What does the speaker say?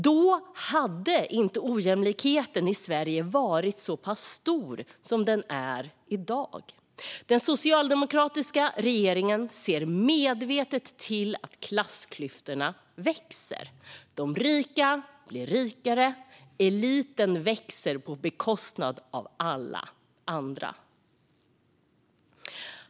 Då hade inte ojämlikheten i Sverige varit så pass stor som den är i dag. Den socialdemokratiska regeringen ser medvetet till att klassklyftorna växer. De rika blir rikare. Eliten växer på bekostnad av alla andra.